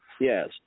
Yes